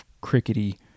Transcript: crickety